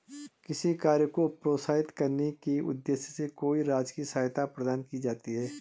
किसी कार्य को प्रोत्साहित करने के उद्देश्य से कोई राजकीय सहायता प्रदान की जाती है